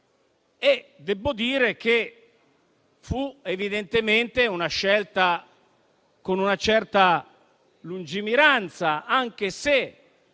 Devo dire che fu evidentemente una scelta presa con una certa lungimiranza, che